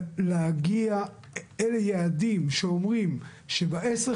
להגיע אל יעדים שאומרים שבעשר,